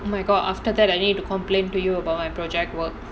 oh my god after that I need to complain to you about my project work